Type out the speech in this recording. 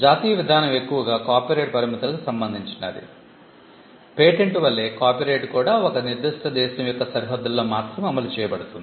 జాతీయ విధానం ఎక్కువగా కాపీరైట్ పరిమితులకు సంబంధించినది పేటెంట్ వలే కాపీరైట్ కూడా ఒక నిర్దిష్ట దేశం యొక్క సరిహద్దులలో మాత్రమే అమలు చేయబడుతుంది